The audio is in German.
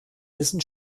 wissen